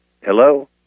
hello